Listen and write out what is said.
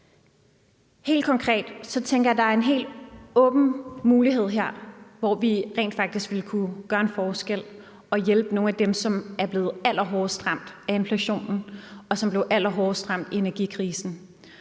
jeg, at der er en helt åbenbar mulighed her, hvor vi rent faktisk ville kunne gøre en forskel og hjælpe nogle af dem, som er blevet allerhårdest ramt af inflationen, og som blev allerhårdest ramt i energikrisen.